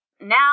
Now